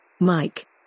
Mike